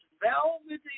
velvety